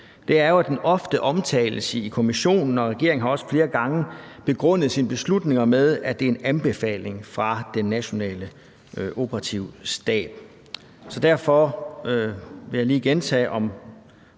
er, at den ofte omtales i kommissionens rapport, og regeringen har også flere gange begrundet sine beslutninger med, at det en anbefaling fra Den Nationale Operative Stab. Så derfor vil jeg lige gentage